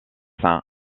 saint